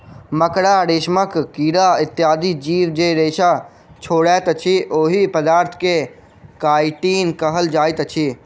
मकड़ा, रेशमक कीड़ा इत्यादि जीव जे रेशा छोड़ैत अछि, ओहि पदार्थ के काइटिन कहल जाइत अछि